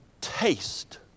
taste